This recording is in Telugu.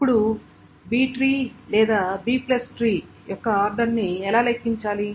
ఇప్పుడు B ట్రీ లేదా Bట్రీ యొక్క ఆర్డర్ ని ఎలా లెక్కించాలి